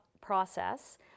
process